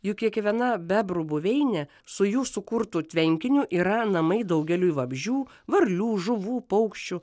juk kiekviena bebrų buveinė su jų sukurtu tvenkiniu yra namai daugeliui vabzdžių varlių žuvų paukščių